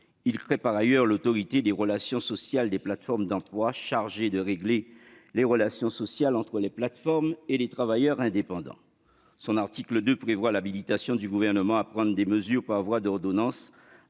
Il crée par ailleurs l'Autorité des relations sociales des plateformes d'emploi, chargée de réguler les relations sociales entre les plateformes et les travailleurs indépendants. L'article 2 prévoit l'habilitation du Gouvernement à prendre des mesures par voie d'ordonnance,